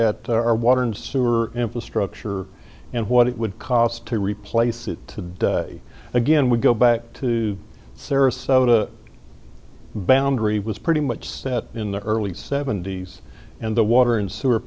at our water and sewer infrastructure and what it would cost to replace it to do again we go back to sarasota boundary was pretty much set in the early seventy's and the water and sewer